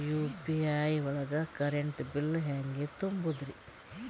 UPI ಒಳಗ current bill ಹೆಂಗ್ ತುಂಬದ್ರಿ?